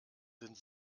sind